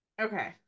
okay